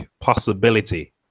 possibility